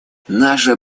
наша